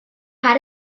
had